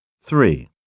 three